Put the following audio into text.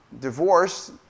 divorce